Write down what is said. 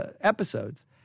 episodes